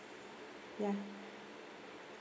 ya